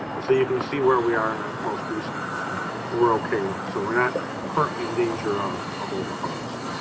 and so you can see where we are in our most recent estimate. and we're okay there. so we're not currently in danger of of over harvest.